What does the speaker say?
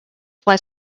fly